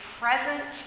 present